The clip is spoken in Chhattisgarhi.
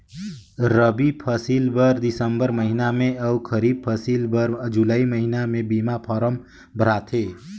रबी फसिल बर दिसंबर महिना में अउ खरीब फसिल बर जुलाई महिना में बीमा फारम भराथे